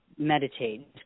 Meditate